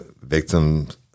victims